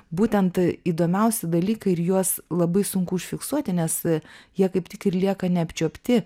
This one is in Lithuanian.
būtent įdomiausi dalykai ir juos labai sunku užfiksuoti nes jie kaip tik ir lieka neapčiuopti